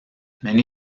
many